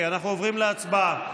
אנחנו עוברים להצבעה.